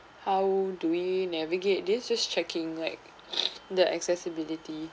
how do we navigate this just checking like the accessibility